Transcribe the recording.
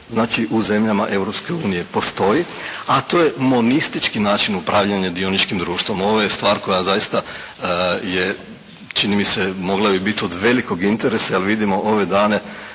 znači u zemljama Europske unije postoji, a to je monistički način upravljanja dioničkim društvom. Ovo je stvar koja zaista je čini mi se mogla bi biti od velikog interesa jer vidimo ove dane